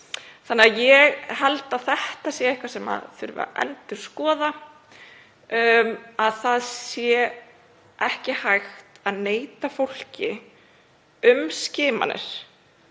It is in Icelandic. líkama. Ég held að þetta sé eitthvað sem þurfi að endurskoða, að ekki sé hægt að neita fólki um skimanir,